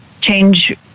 change